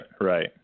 right